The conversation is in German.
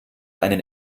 einen